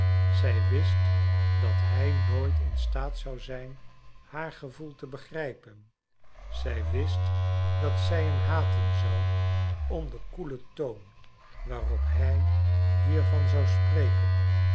zij wist dat hij nooit in staat zou zijn haar gevoel te begrijpen zij wist dat zij hem haten zou om den koelen toon waarop hij hiervan zou spreken